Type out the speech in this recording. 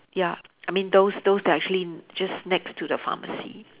ya I mean those those that are actually just next to the pharmacy